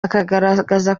akagaragaza